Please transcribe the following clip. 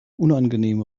unangenehm